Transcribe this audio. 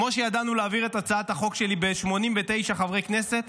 כמו שידענו להעביר את הצעת החוק שלי ב-89 חברי כנסת,